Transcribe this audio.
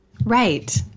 Right